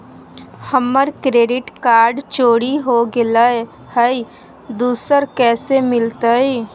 हमर credit card चोरी हो गेलय हई, दुसर कैसे मिलतई?